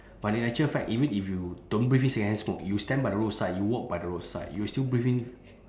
but in actual fact even if you don't breathe in secondhand smoke you stand by the road side you walk by the road side you will still breathe in